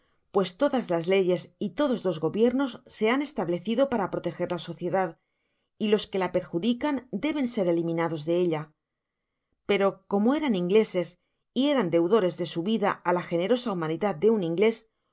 pues todas las leyes y todos los gobiernos se han establecido para proteger la sociedad y los v que la perjudican deben ser eliminados de ella pero como eran ingleses y eran deudores de su vida á la generosa humanidad de un inglés